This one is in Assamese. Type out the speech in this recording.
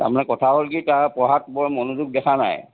তাৰমানে কথা হ'ল কি তাৰ পঢ়াত বৰ মনোযোগ দেখা নাই